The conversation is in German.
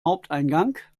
haupteingang